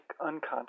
unconscious